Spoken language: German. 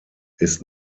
ist